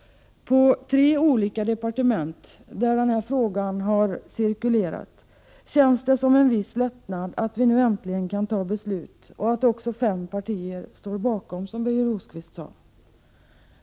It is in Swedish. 1988/89:46 departement där den här frågan har cirkulerat, känns det som en viss lättnad 15 december 1988 att vi nu kan fatta ett beslut — och att också fem partier står bakom det, Som far. or Birger Rosqvist sade.